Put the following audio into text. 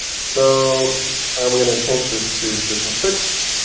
so i'm going to change this to position fixed.